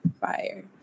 Fire